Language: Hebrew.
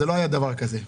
לא היה דבר כזה.